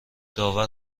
داور